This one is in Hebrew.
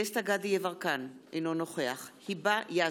דסטה (גדי) יברקן, אינו נוכח היבה יזבק,